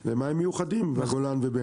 זה מים מיוחדים בגולן ובעין גדי.